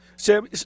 Sam